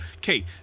Kate